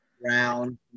Brown